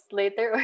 later